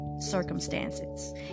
circumstances